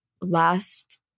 last